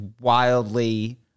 wildly